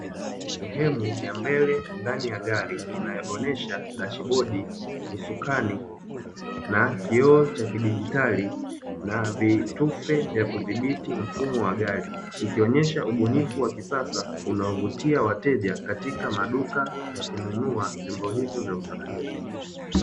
Sehemu ya mbele ndani ya gari inaonyesha dashbodi, usukani na kioo cha kidigitali na vitufe vya kudhibiti mfumo wa gari, ikionyesha ubunifu wa kisasa unaovutia wateja katika maduka ya kununua vyombo hivyo vya usafiri.